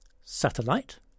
satellite